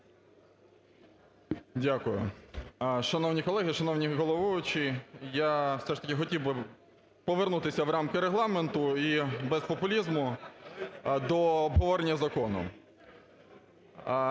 Дякую. Шановні колеги, шановний головуючий, я все ж таки хотів би повернутися в рамки Регламенту і без популізму до обговорення закону.